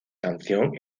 canción